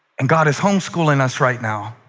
and god is homeschooling us right now.